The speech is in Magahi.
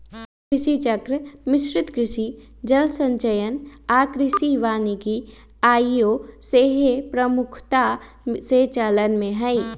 फसल चक्र, मिश्रित कृषि, जल संचयन आऽ कृषि वानिकी आइयो सेहय प्रमुखता से चलन में हइ